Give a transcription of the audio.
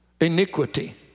iniquity